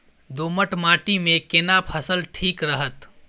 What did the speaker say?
दोमट माटी मे केना फसल ठीक रहत?